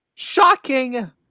Shocking